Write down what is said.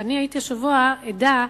הייתי השבוע עדה